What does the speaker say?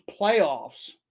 playoffs